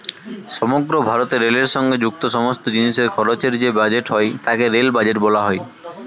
সমগ্র ভারতে রেলের সঙ্গে যুক্ত সমস্ত জিনিসের খরচের যে বাজেট হয় তাকে রেল বাজেট বলা হয়